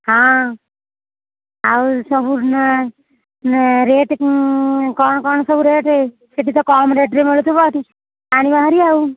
ହଁ ଆଉ ସବୁ ନା ରେଟ୍ କ'ଣ କ'ଣ ସବୁ ରେଟ୍ ସେଠି ତ କମ୍ ରେଟ୍ରେ ମିଳୁଥିବ ପାଣି ବାହାରିବ ଆଉ